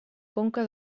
conca